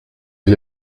vit